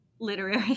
literary